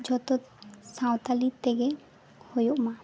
ᱡᱷᱚᱛᱚ ᱥᱟᱱᱛᱟᱲᱤ ᱛᱮᱜᱮ ᱦᱳᱭᱳᱜ ᱢᱟ ᱟᱨ